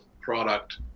product